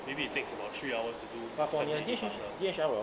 maybe it takes about three hours to do seventy eighty parcel